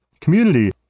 community